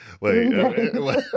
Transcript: Wait